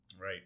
Right